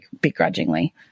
begrudgingly